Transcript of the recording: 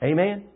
Amen